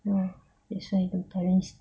ya that's why the parents